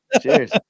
Cheers